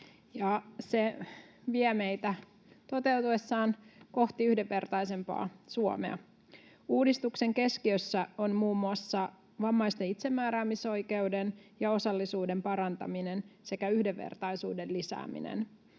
Se vie meitä toteutuessaan kohti yhdenvertaisempaa Suomea. Uudistuksen keskiössä on muun muassa vammaisten itsemääräämisoikeuden ja osallisuuden parantaminen sekä yhdenvertaisuuden lisääminen.